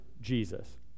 Jesus